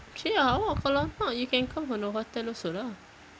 actually awak kalau nak you can come from the hotel also lah